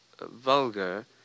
vulgar